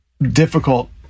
Difficult